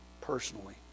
personally